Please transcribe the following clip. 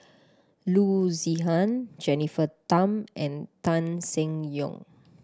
Loo Zihan Jennifer Tham and Tan Seng Yong